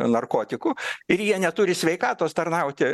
narkotikų ir jie neturi sveikatos tarnauti